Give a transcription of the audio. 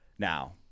Now